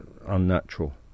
unnatural